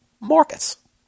Markets